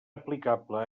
aplicable